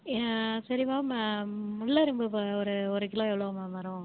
சரி மேம் முல்லைரும்பு ஒரு ஒரு கிலோ எவ்வளோ மேம் வரும்